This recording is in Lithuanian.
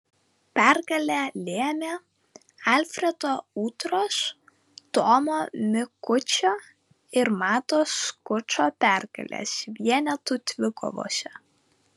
pergalę lėmė alfredo udros tomo mikučio ir mato skučo pergalės vienetų dvikovose